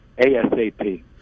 ASAP